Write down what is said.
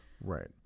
right